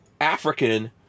African